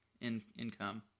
income